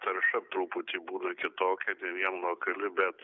tarša truputį būna kitokia ne vien lokali bet